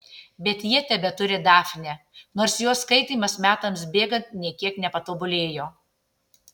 bet jie tebeturi dafnę nors jos skaitymas metams bėgant nė kiek nepatobulėjo